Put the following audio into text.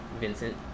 Vincent